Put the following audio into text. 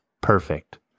perfect